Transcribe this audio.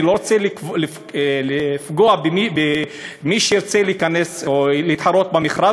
אני לא רוצה לפגוע במי שירצה להיכנס או להתחרות במכרז,